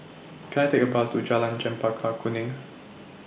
Can I Take A Bus to Jalan Chempaka Kuning